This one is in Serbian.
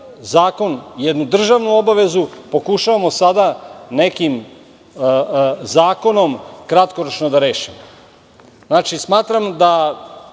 mi jednu državnu obavezu, pokušavamo sada nekim zakonom, kratkoročno da rešimo. Smatram da